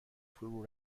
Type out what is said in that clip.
فرو